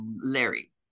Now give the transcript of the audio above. Larry